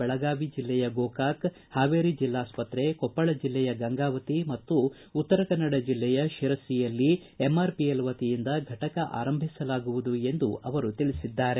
ರಾಜ್ಯದ ಬೆಳಗಾವಿ ಜಿಲ್ಲೆಯ ಗೋಕಾಕ ಹಾವೇರಿ ಜಿಲ್ಲಾಸ್ತ್ರೆ ಕೊಪ್ಪಳ ಜಿಲ್ಲೆಯ ಗಂಗಾವತಿ ಮತ್ತು ಉತ್ತರ ಕನ್ನಡ ಜಿಲ್ಲೆಯ ಶಿರಸಿಯಲ್ಲಿ ಎಂಆರ್ಷಿಎಲ್ ವತಿಯಿಂದ ಫಟಕ ಆರಂಭಿಸಲಾಗುವುದು ಎಂದು ಅವರು ತಿಳಿಸಿದ್ದಾರೆ